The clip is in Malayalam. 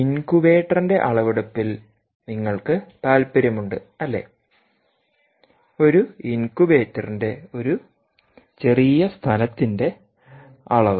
ഇൻകുബേറ്ററിന്റെ അളവെടുപ്പിൽ നിങ്ങൾക്ക് താൽപ്പര്യമുണ്ട് അല്ലെ ഒരു ഇൻകുബേറ്ററിന്റെ ഒരു ചെറിയ സ്ഥലത്തിന്റെ അളവ്